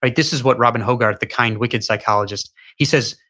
like this is what robin hogarth, the kind wicked psychologist he says,